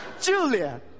julia